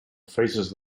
faces